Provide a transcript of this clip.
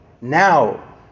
Now